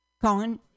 Colin